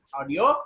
audio